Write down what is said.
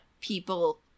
people